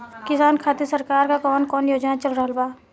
किसान खातिर सरकार क कवन कवन योजना चल रहल बा?